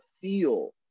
feel